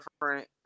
different